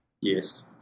Yes